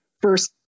first